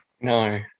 No